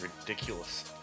ridiculous